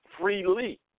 freely